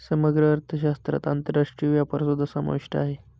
समग्र अर्थशास्त्रात आंतरराष्ट्रीय व्यापारसुद्धा समाविष्ट आहे